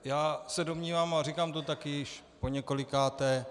Já se domnívám a říkám to taky již poněkolikáté.